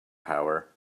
power